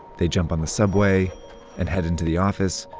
they jump on the subway and head into the office.